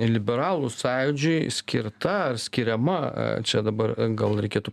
liberalų sąjūdžiui skirta skiriama čia dabar gal reikėtų